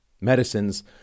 medicines –